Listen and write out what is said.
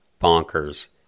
bonkers